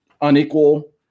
unequal